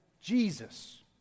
Jesus